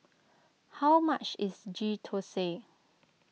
how much is Ghee Thosai